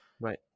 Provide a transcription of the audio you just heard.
right